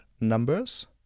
numbers